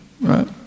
right